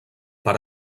per